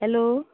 hello